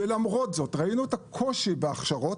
למרות זאת, ראינו את הקושי בהכשרות